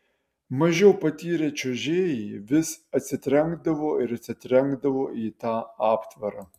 mažiau patyrę čiuožėjai vis atsitrenkdavo ir atsitrenkdavo į tą aptvarą